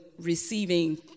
receiving